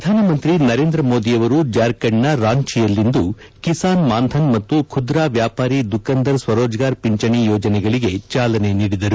ಪ್ರಧಾನಮಂತಿ ನರೇಂದ ಮೋದಿಯವರು ಜಾರ್ಖಂಡ್ನ ರಾಂಚೆಯಲ್ಲಿಂದು ಕಿಸಾನ್ ಮಾನ್ಧನ್ ಮತ್ತು ಖುದ್ರಾ ವ್ಯಾಪಾರಿ ದುಕಂದರ್ ಸ್ಸರೋಜ್ಗಾರ್ ಪಿಂಚಣಿ ಯೋಜನೆಗಳಿಗೆ ಚಾಲನೆ ನೀದಿದರು